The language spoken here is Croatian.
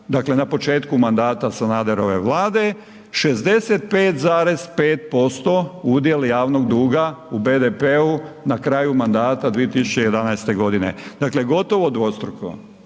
dakle na početku mandata Sanaderove vlade, 65,5% udjel javnog duga u BDP-u na kraju mandata 2011. godine. Dakle, gotovo dvostruko,